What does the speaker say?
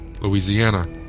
Louisiana